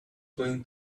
going